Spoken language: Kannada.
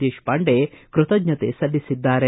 ದೇಶಪಾಂಡೆ ಕೃತಜ್ಞತೆ ಸಲ್ಲಿಸಿದ್ದಾರೆ